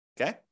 Okay